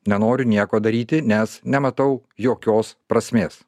nenoriu nieko daryti nes nematau jokios prasmės